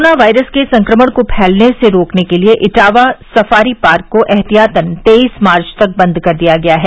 corona virus के संक्रमण को फैलने से रोकने के लिए इटावा सफारी पार्क को एहतियातन तेईस मार्च तक बंद कर दिया गया है